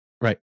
Right